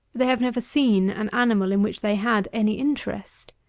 they have never seen an animal in which they had any interest.